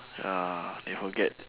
ya they forget